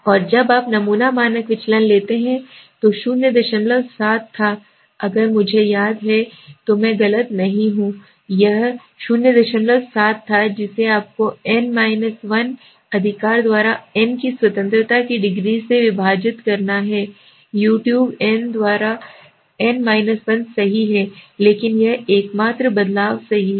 और जब आप नमूना मानक विचलन लेते हैं जो 07 था अगर मुझे याद है तो मैं गलत नहीं हूं यह 07 था जिसे आपको n 1 अधिकार द्वारा n की स्वतंत्रता की एक डिग्री से विभाजित करना है you n N द्वारा n 1 सही है लेकिन यह एकमात्र बदलाव सही है